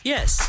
Yes